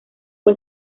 fue